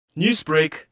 Newsbreak